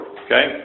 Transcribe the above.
okay